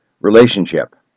relationship